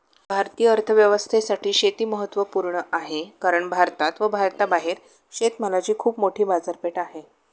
भारतीय अर्थव्यवस्थेसाठी शेती महत्वपूर्ण आहे कारण भारतात व भारताबाहेर शेतमालाची खूप मोठी बाजारपेठ आहे